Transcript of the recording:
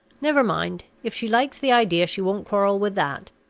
never mind if she likes the idea, she won't quarrel with that.